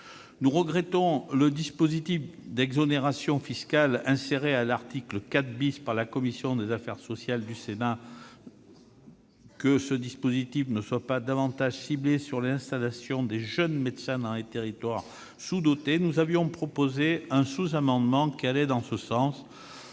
que le mécanisme d'exonération fiscale inséré à l'article 4 par la commission des affaires sociales de la Haute Assemblée ne soit pas davantage ciblé sur les installations de jeunes médecins dans les territoires sous-dotés. Nous avions proposé un sous-amendement qui allait dans ce sens,